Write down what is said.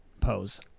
pose